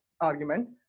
argument